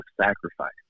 sacrifice